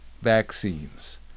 Vaccines